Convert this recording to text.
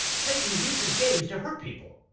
satan uses games to hurt people.